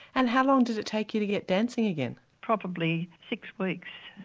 and how long did it take you to go dancing again? probably six weeks.